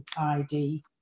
ID